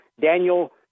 Daniel